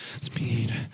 Speed